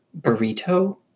burrito